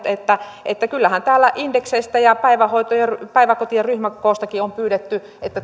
että että kyllähän täällä indekseistä ja päiväkotien ryhmäkoostakin on pyydetty että